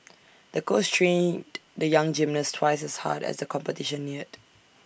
the coach trained the young gymnast twice as hard as the competition neared